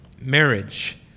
marriage